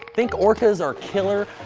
think orcas are killer?